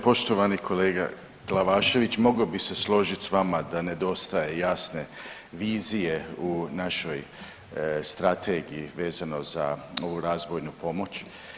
Poštovani kolega Glavašević mogao bi se složit s vama da nedostaje jasne vizije u našoj strategiji vezao za ovu razvojnu pomoć.